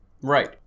Right